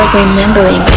remembering